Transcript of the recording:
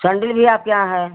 sandal भी आपके यहाँ है